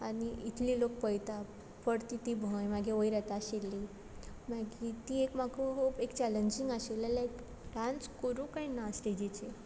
आनी इतली लोक पळयता परती ती भंय मागीर वयर येता आशिल्ली मागी ती एक म्हाका खूप एक चलेंजींग आशिल्लें लायक डांस करूं काय ना स्टेजीचेर